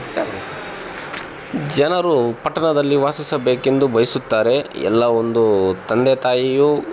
ಜನರು ಪಟ್ಟಣದಲ್ಲಿ ವಾಸಿಸಬೇಕೆಂದು ಬಯಸುತ್ತಾರೆ ಎಲ್ಲ ಒಂದು ತಂದೆ ತಾಯಿಯು